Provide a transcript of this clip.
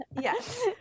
Yes